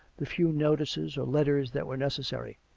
the few notices or letters that were necessary.